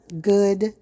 good